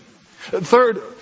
Third